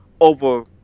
over